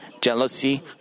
jealousy